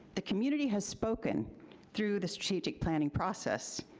the community has spoken through the strategic planning process,